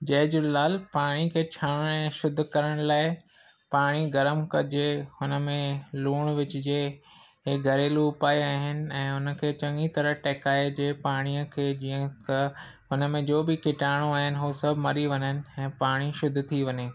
जय झूलेलाल पाणी खे छाणण ऐं शुद्ध करण लाइ पाणी गरम कजे हुनमें लूणु विझिजे इहे घरेलू उपाउ आहिनि ऐं उनखे चङी तरह टहिकाइजे पाणीअ खे जीअं त उनमें जो बि कीटाणू आहिनि हू सभु मरी वञनि ऐं पाणी शुद्ध थी वञे